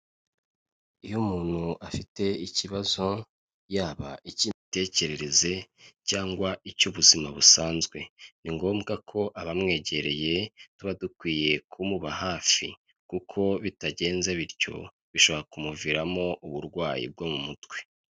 Iyo umuntu afite ikibazo yaba icy'imitekerereze cyangwa icy'ubuzima busanzwe ni ngombwa ko abamwegereye tuba dukwiye kumuba hafi, kuko bitagenze bityo bishobora kumuviramo uburwayi bwo mu mutwe.